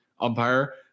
umpire